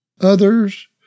others